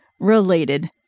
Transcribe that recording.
related